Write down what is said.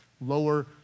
Lower